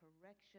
correction